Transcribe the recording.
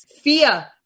Fear